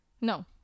no